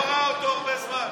הוא לא ראה אותו הרבה זמן.